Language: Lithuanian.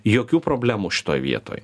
jokių problemų šitoj vietoj